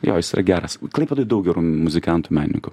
jo jis yra geras klaipėdoj daug gerų muzikantų menininkų